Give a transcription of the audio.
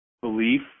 belief